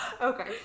Okay